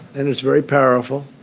and it's very powerful.